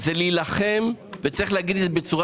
זה להילחם ויש לומר זאת בבירור